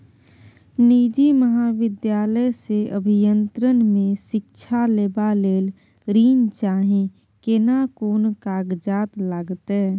निजी महाविद्यालय से अभियंत्रण मे शिक्षा लेबा ले ऋण चाही केना कोन कागजात लागतै?